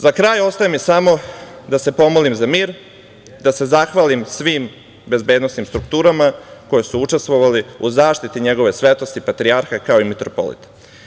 Za kraj, ostaje mi samo da se pomolim za mir, da se zahvalim svim bezbednosnim strukturama koje su učestovale u zaštiti Njegove svetosti patrijarha kao i mitropolita.